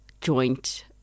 joint